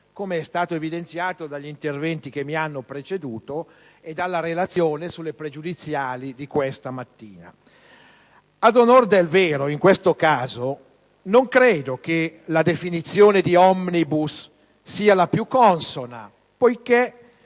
come è stato evidenziato dagli interventi che mi hanno preceduto e dalla relazione sulle questioni pregiudiziali di questa mattina. Ad onor del vero, in questo caso non credo che la definizione di *omnibus* sia la più consona poiché